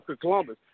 Columbus